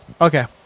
Okay